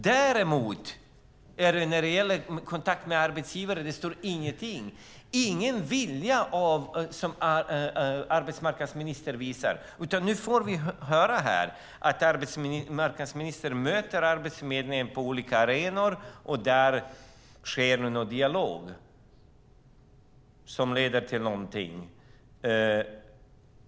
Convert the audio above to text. När det däremot gäller kontakten med arbetsgivare står det ingenting. Arbetsmarknadsministern visar ingen vilja. Nu får vi här höra att arbetsmarknadsministern möter Arbetsförmedlingen på olika arenor, och där sker en dialog som leder till någonting.